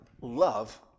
love